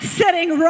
sitting